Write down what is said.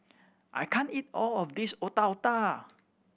I can't eat all of this Otak Otak